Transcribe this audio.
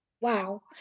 Wow